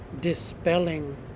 dispelling